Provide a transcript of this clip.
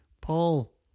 Paul